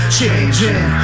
changing